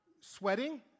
sweating